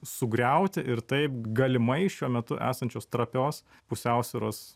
sugriauti ir taip galimai šiuo metu esančios trapios pusiausvyros